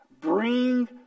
Bring